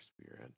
spirit